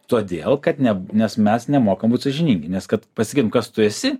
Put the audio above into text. todėl kad ne nes mes nemokam būt sąžiningi nes kad pasakytum kas tu esi